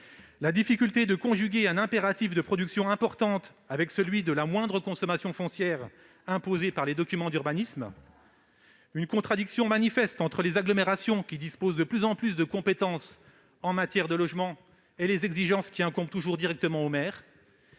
la difficulté de conjuguer un impératif de production importante avec celui de la « moindre consommation foncière » imposée par les documents d'urbanisme ; la contradiction manifeste entre le fait que les agglomérations disposent de plus en plus de compétences en matière de logement, mais que les exigences incombent toujours directement aux maires